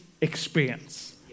experience